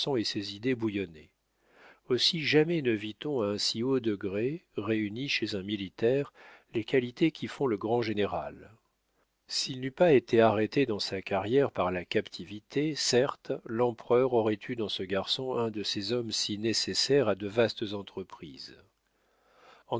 et ses idées bouillonnaient aussi jamais ne vit-on à un si haut degré réuni chez un militaire les qualités qui font le grand général s'il n'eût pas été arrêté dans sa carrière par la captivité certes l'empereur aurait eu dans ce garçon un de ces hommes si nécessaires à de vastes entreprises